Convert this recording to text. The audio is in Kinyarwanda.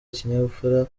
ikinyabupfura